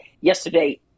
yesterday